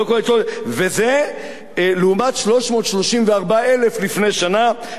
לא כולל ה-300, וזה לעומת 334,000 לפני שנה.